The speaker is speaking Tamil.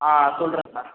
ஆ சொல்கிறேன் சார்